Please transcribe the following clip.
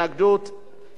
שאיננה מוסרית,